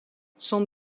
son